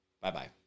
Bye-bye